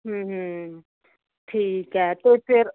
ਹੂੰ ਹੂੰ ਠੀਕ ਐ ਤੇ ਫਿਰ